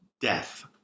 death